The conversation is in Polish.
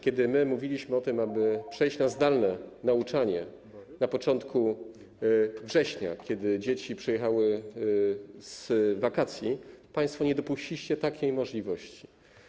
Kiedy my mówiliśmy o tym, aby przejść na zdalne nauczanie na początku września, gdy dzieci przyjechały z wakacji, państwo nie dopuściliście takiej możliwości.